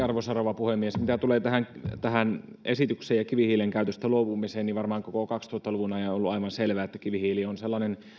arvoisa rouva puhemies mitä tulee tähän tähän esitykseen ja kivihiilen käytöstä luopumiseen varmaan koko kaksituhatta luvun ajan on ollut aivan selvää että kivihiili on sellainen